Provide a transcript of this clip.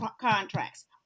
contracts